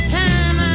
time